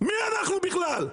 מי אנחנו בכלל,